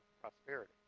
prosperity